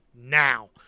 now